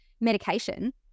medication